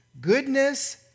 goodness